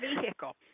vehicle